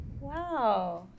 Wow